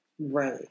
Right